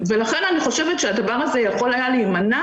ולכן אני חושבת שהדבר הזה יכול היה להימנע